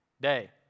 day